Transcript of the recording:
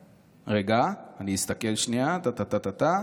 רגע, אני אסתכל שנייה, 40 שניות.